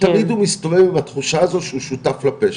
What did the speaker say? תמיד הוא מסתובב עם התחושה הזאת שהוא שותף לפשע,